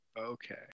Okay